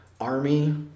army